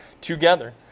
together